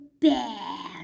bad